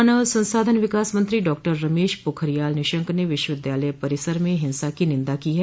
मानव संसाधन विकास मंत्री डॉक्टर रमेश पोखरियाल निशंक ने विश्वविद्यालय परिसर में हिंसा की निंदा की है